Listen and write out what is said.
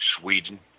Sweden